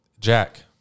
Jack